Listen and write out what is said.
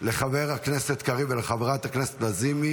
לחבר הכנסת קריב ולחברת הכנסת לזימי